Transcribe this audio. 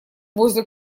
возле